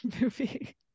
movie